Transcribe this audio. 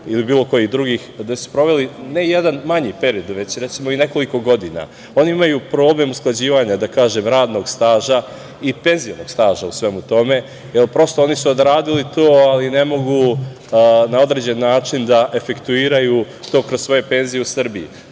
ili bilo kojih drugih, gde su proveli ne jedan manji period, već i nekoliko godina. Oni imaju problem usklađivanja radnog staža i penzionog staža u svemu tome, jer oni su odradili tu, ali ne mogu na određen način da efektuiraju to kroz svoje penzije u